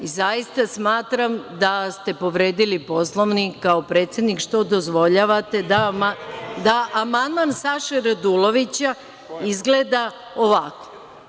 Zaista smatram da ste povredili Poslovnik kao predsednik što dozvoljavate da amandman Saše Radulovića izgleda ovako.